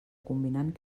combinant